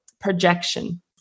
projection